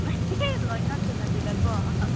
ꯅꯣꯏ ꯉꯥꯛꯇ ꯅꯠꯇꯦꯗꯀꯣ